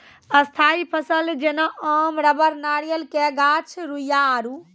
स्थायी फसल जेना आम रबड़ नारियल के गाछ रुइया आरु